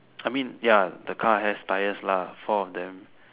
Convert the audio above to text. I mean ya the car has tyres lah four of them